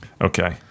Okay